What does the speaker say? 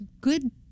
good